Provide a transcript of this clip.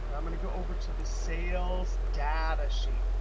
i'm going to go over to the sales data sheet.